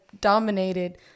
dominated